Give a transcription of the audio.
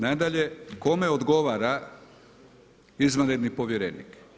Nadalje, kome odgovara izvanredni povjerenik?